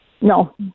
No